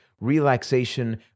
relaxation